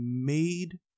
made